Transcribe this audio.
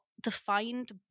defined